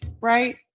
right